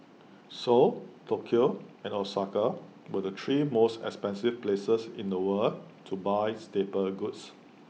Seoul Tokyo and Osaka were the three most expensive places in the world to buy staple goods